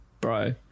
bro